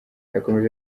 yakomeje